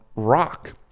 rock